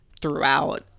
throughout